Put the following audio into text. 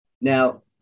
Now